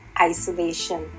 isolation